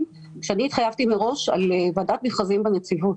ואני התחייבתי מראש על ועדת מכרזים בנציבות.